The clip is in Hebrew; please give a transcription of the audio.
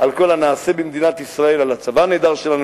על כל הנעשה במדינת ישראל: על הצבא הנהדר שלנו,